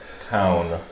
town